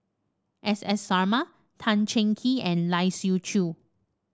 S S Sarma Tan Cheng Kee and Lai Siu Chiu